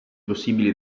possibili